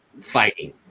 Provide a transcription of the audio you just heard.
fighting